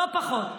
לא פחות.